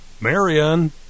Marion